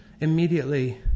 immediately